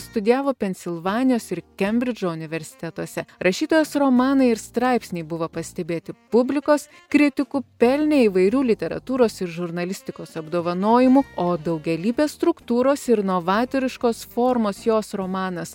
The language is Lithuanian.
studijavo pensilvanijos ir kembridžo universitetuose rašytojos romanai ir straipsniai buvo pastebėti publikos kritikų pelnę įvairių literatūros ir žurnalistikos apdovanojimų o daugialypės struktūros ir novatoriškos formos jos romanas